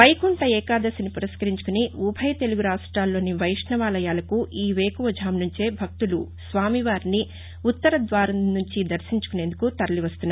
వైకుంఠ ఏకాదశిని పురస్కరించుకుని ఉభయ తెలుగు రాష్టాల్లోని వైష్ణవాలయాలకు ఈ వేకువ ర్ఘామునుంచే భక్తులు స్వామి వారిని ఉత్తర ద్వారం నుంచి దర్శించుకునేందుకు తరలివస్తున్నారు